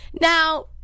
Now